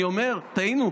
אני אומר: טעינו.